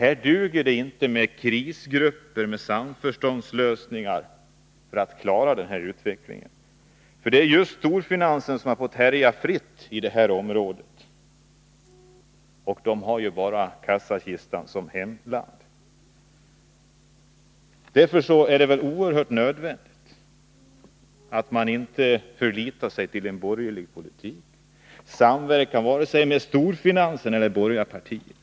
Här duger det inte med krisgrupper och samförståndslösningar, om man skall kunna hindra denna utveckling. Det är just storfinansen som har fått härja fritt i detta område — och den har endast kassakistan som intresse. Därför är det oerhört nödvändigt att man inte förlitar sig på en borgerlig politik. Man kan inte samverka vare sig med storfinansen eller med borgerliga partier.